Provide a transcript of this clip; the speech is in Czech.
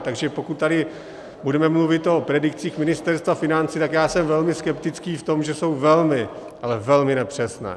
Takže pokud tady budeme mluvit o predikcích Ministerstva financí, tak já jsem velmi skeptický v tom, že jsou velmi, ale velmi nepřesné.